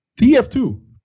TF2